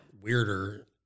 weirder